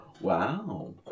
Wow